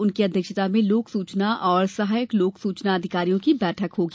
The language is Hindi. उनकी अध्यक्षता में लोक सूचना और सहायक लोक सूचना अधिकारियों की बैठक होगी